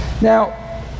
Now